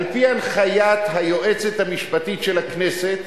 על-פי הנחיית היועצת המשפטית של הכנסת